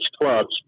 clubs